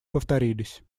повторились